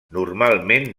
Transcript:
normalment